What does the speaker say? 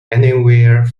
anywhere